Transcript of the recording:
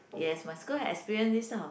yes my school have experience this lah